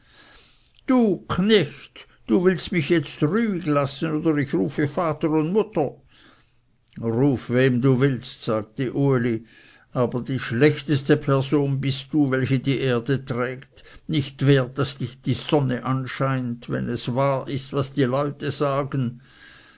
du knecht du willst du mich jetzt rüeyig lassen oder ich rufe vater und mutter ruf wem du willst sagte uli aber die schlechteste person bist du welche die erde trägt nicht wert daß dich die sonne anscheint wenn es wahr ist was die leute sagen